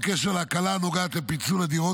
בקשר להקלה הנוגעת לפיצול דירות,